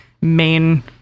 main